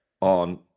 on